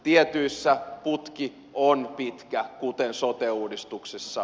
tietyissä putki on pitkä kuten sote uudistuksessa